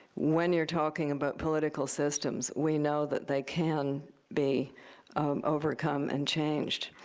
when you're talking about political systems, we know that they can be overcome and changed.